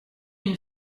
une